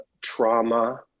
trauma